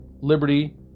liberty